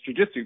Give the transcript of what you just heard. jujitsu